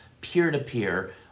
peer-to-peer